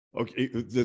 Okay